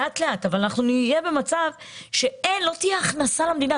לאט-לאט, אבל נהיה במצב שלא תהיה הכנסה למדינה.